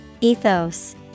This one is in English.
Ethos